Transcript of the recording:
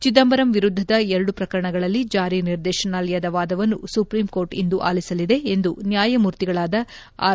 ಚಿದಂಬರಂ ವಿರುದ್ದದ ಎರಡು ಪ್ರಕರಣಗಳಲ್ಲಿ ಜಾರಿ ನಿರ್ದೇಶನಾಲಯದ ವಾದವನ್ನು ಸುಪ್ರೀಂ ಕೋರ್ಟ್ ಇಂದು ಆಲಿಸಲಿದೆ ಎಂದು ನ್ಯಾಯಮೂರ್ತಿಗಳಾದ ಆರ್